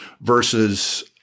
versus